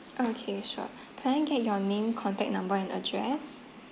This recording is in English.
okay sure can I get your name contact number and address